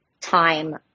time